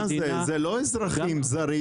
מה זה, זה לא אזרחים זרים.